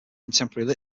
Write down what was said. contemporary